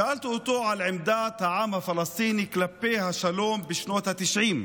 שאלתי אותו על עמדת העם הפלסטיני כלפי השלום בשנות התשעים.